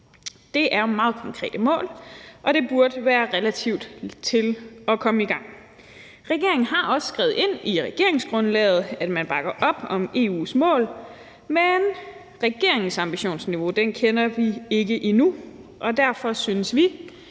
Det er meget konkrete mål, og det burde være relativt ligetil at komme i gang. Regeringen har også skrevet ind i regeringsgrundlaget, at man bakker op om EU's mål, men regeringens ambitionsniveau kender vi ikke endnu. Derfor synes vi